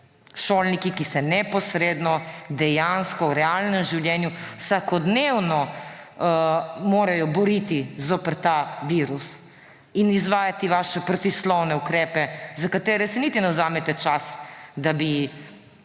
Šolniki, ki se neposredno, dejansko v realnem življenju vsakodnevno morajo boriti zoper ta virus in izvajati vaše protislovne ukrepe, za katere si niti ne vzamete časa, da bi